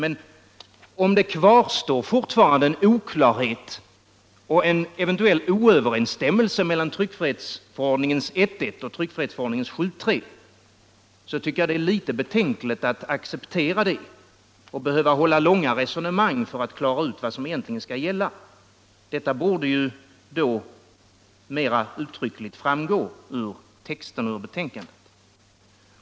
Men om det fortfarande kvarstår oklarhet och ” eventuellt också oöverensstämmelse mellan tryckfrihetsförordningen 1:1 och samma förordnings 7:3, så tycker jag det är beklagligt att acceptera det och behöva hålla långa resonemang för att klara ut vad som egentligen skall gälla. Detta borde då mera uttryckligt framgå av texten i betänkandet.